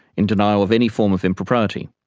in denial of any form of impropriety.